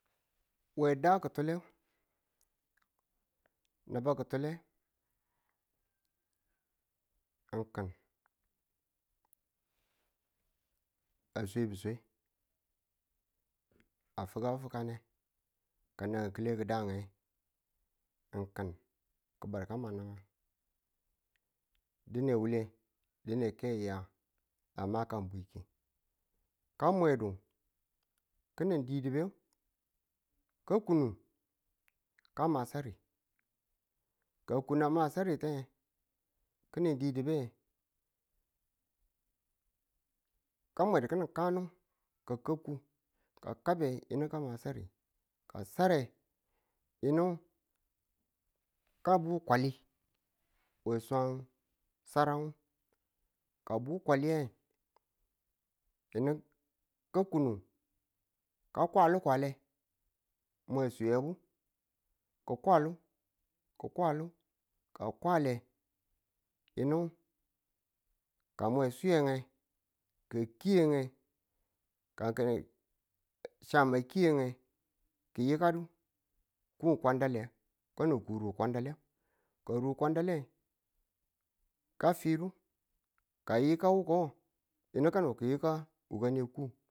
we da ki̱tule naba ki̱tule ng ki̱n a swebu swe a fukabu fukane ka nan ki̱le ki̱dang ng ng kin badu ka ma nagang dine wure dine ken ya a maka bwiki ka mwedu ki̱ning didiben ka kunu ka ma sari ka a kung a ma sarite ki̱ni̱ didibe ka mwe do ki̱nin kano ki̱kaku ka kabi yinu ka sare ka sare yinu ka bwu kwali we swan sarang ka a bu kwaliye yinu ka kunu ka kwalu kwale mwe a suyebyu ku kwalu ki̱ kwalu ka a kwale yinu ka mwe a swiye nge ka kye ye ka cham a ki̱yenge ki yikadu ku kwandale kadu kuru kwandaleka kuru kwandaleka ka fidu da a yika wuko yinu kano ki̱yi ka wukane ku